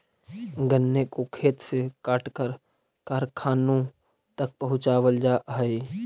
गन्ने को खेत से काटकर कारखानों तक पहुंचावल जा हई